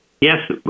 yes